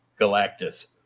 Galactus